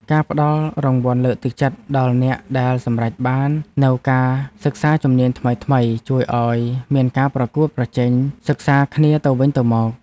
ការផ្តល់រង្វាន់លើកទឹកចិត្តដល់អ្នកដែលសម្រេចបាននូវការសិក្សាជំនាញថ្មីៗជួយឱ្យមានការប្រកួតប្រជែងសិក្សាគ្នាទៅវិញទៅមក។